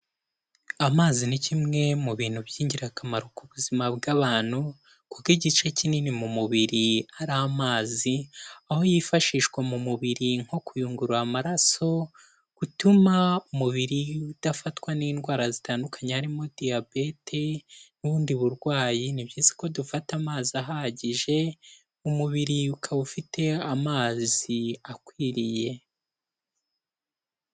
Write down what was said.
Amazi ni kimwe mu bintu by'ingirakamaro ku buzima bw'abantu, kuko igice kinini mu mubiri ari amazi, aho yifashishwa mu mubiri nko kuyungurura amaraso, gutuma umubiri udafatwa n'indwara zitandukanye, harimo diyabete n'ubundi burwayi, ni byiza ko dufata amazi ahagije umubiri ukaba ufite amazi akwiriye.